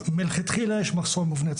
מופיע, מופיע.